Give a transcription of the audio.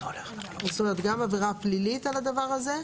כלומר, גם עבירה פלילית על הדבר הזה?